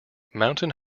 mountain